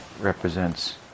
represents